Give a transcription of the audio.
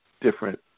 different